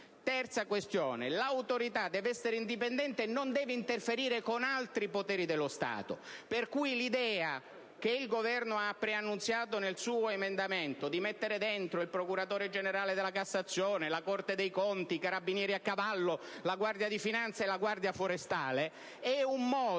terzo luogo, l'Autorità devo essere indipendente e non deve interferire con altri poteri dello Stato, per cui l'idea che il Governo ha preannunziato nel suo emendamento di mettere dentro il procuratore generale della Corte di Cassazione, la Corte dei conti, i Carabinieri a cavallo, la Guarda di finanza e la Guardia forestale, evidenzia